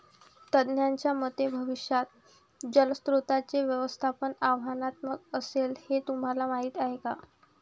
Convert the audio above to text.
तज्ज्ञांच्या मते भविष्यात जलस्रोतांचे व्यवस्थापन आव्हानात्मक असेल, हे तुम्हाला माहीत आहे का?